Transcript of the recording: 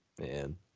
Man